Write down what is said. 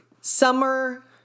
Summer